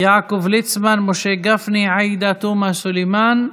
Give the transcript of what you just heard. יעקב ליצמן, משה גפני, עאידה תומא סלימאן,